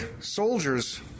soldiers